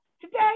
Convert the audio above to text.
today